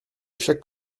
chaque